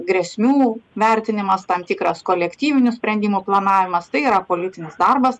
grėsmių vertinimas tam tikras kolektyvinių sprendimų planavimas tai yra politinis darbas